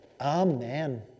amen